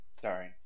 Sorry